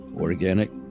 Organic